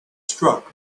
struck